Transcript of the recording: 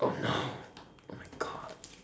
oh no oh my god